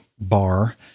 bar